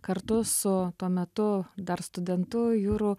kartu su tuo metu dar studentu juru